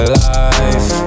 life